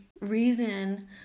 reason